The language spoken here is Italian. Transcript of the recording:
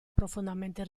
profondamente